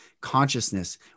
consciousness